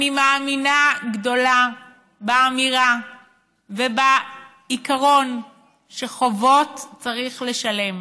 אני מאמינה גדולה באמירה ובעיקרון שחובות צריך לשלם,